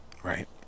Right